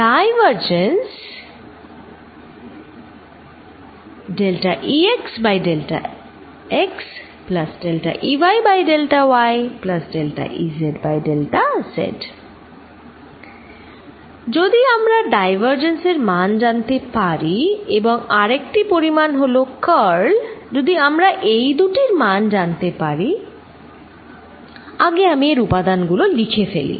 divergence যদি আমরা divergence এর মান জানতে পারি এবং আরেকটি পরিমাণ হল কার্ল যদি আমরা এই দুটি মান জানতে পারি আগে আমি এর উপাদান গুলো লিখে ফেলি